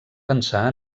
pensar